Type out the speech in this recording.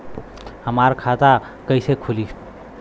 हमार खाता कईसे खुली?